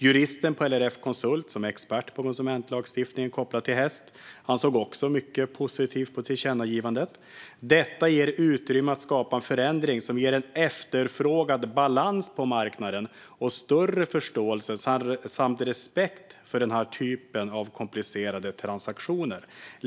Juristen på LRF Konsult, som är expert på konsumentlagstiftning kopplad till häst, såg också mycket positivt på tillkännagivandet: Detta ger utrymme att skapa en förändring som ger en efterfrågad balans på marknaden och större förståelse samt respekt för den här typen av komplicerade transaktioner.